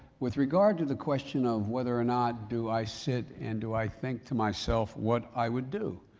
with regard to the question of whether or not do i sit and do i think to myself what i would do.